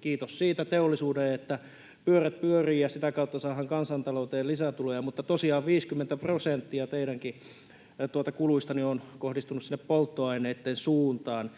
kiitos siitä teollisuudelle, että pyörät pyörivät ja sitä kautta saadaan kansantalouteen lisätuloja — tosiaan 50 prosenttia teidänkin kuluistanne on kohdistunut sinne polttoaineitten suuntaan.